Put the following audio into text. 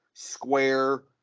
square